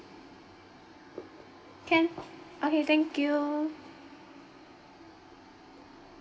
can okay thank you